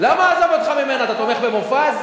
למה "עזוב אותך ממנה", אתה תומך במופז?